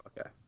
Okay